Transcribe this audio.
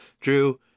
Drew